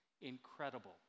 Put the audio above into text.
incredible